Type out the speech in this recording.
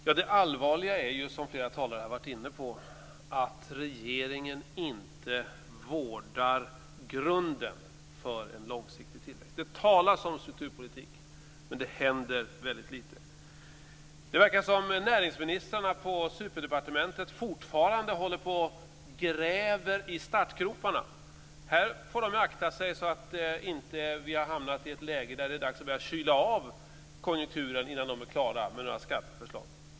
Fru talman! Det allvarliga är ju, som flera talare har varit inne på, att regeringen inte vårdar grunden för en långsiktig tillväxt. Det talas om strukturpolitik, men det händer väldigt lite. Det verkar som om näringsministrarna på superdepartementet fortfarande håller på att gräva i startgroparna. Här får de akta sig, så att vi inte hamnar i ett läge där det är dags att börja kyla av konjunkturen innan de är klara med några skatteförslag.